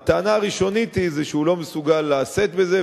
הטענה הראשונית היא שהוא לא מסוגל לשאת בזה,